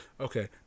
Okay